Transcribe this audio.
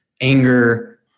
anger